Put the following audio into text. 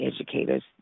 educators